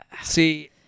See